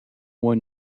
one